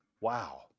Wow